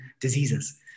diseases